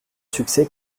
succès